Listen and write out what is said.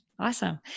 Awesome